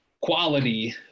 quality